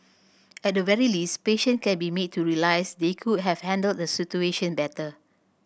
at the very least patient can be made to realise they could have handled the situation better